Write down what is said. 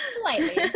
Slightly